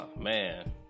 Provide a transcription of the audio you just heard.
man